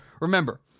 Remember